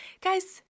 Guys